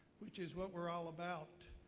which is what we're all about,